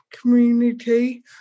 community